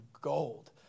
gold